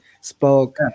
spoke